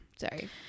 Sorry